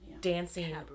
dancing